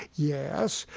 yes.